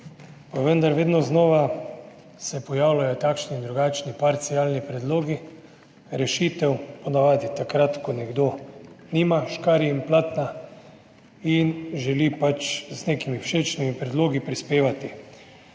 vendar se vedno znova pojavljajo takšni in drugačni parcialni predlogi rešitev, po navadi takrat, ko nekdo nima škarij in platna in želi pač prispevati z nekimi všečnimi predlogi.